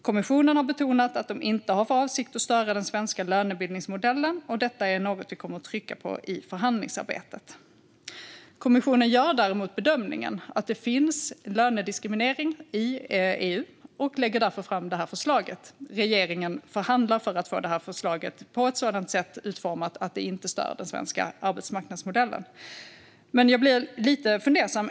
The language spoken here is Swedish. Kommissionen har betonat att man inte har för avsikt att störa den svenska lönebildningsmodellen, och detta är något vi kommer att trycka på i förhandlingsarbetet. Kommissionen gör däremot bedömningen att det finns lönediskriminering i EU och lägger därför fram detta förslag. Regeringen förhandlar för att få förslaget utformat på ett sådant sätt att det inte stör den svenska arbetsmarknadsmodellen. Jag blir dock lite fundersam.